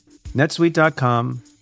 netsuite.com